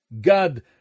god